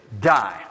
die